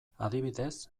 adibidez